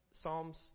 Psalms